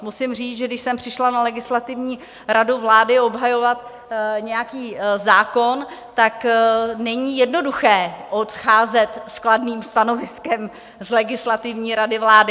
Musím říct, že když jsem přišla na Legislativní radu vlády obhajovat nějaký zákon, není jednoduché odcházet s kladným stanoviskem z Legislativní rady vlády.